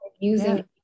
using